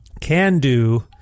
can-do